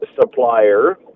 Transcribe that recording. supplier